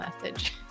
message